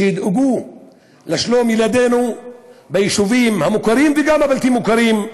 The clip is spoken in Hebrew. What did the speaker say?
שידאגו לשלום ילדינו ביישובים המוכרים וגם הבלתי-מוכרים,